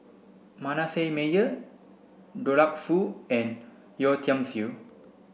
Manasseh Meyer Douglas Foo and Yeo Tiam Siew